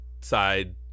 side